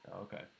Okay